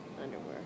underwear